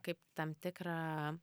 kaip tam tikrą